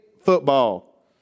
football